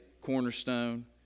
cornerstone